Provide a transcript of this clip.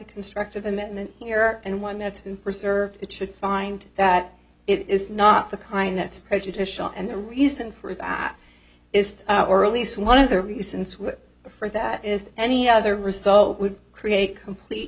constructive amendment here and one that's to preserve it should find that it is not the kind that's prejudicial and the reason for that is or at least one of the reasons for that is any other result would create a complete